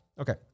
Okay